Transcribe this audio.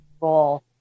role